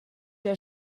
der